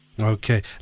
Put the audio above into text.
Okay